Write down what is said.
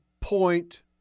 point